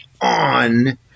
on